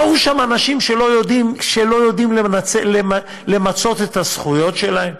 ראו שם אנשים שלא יודעים למצות את הזכויות שלהם,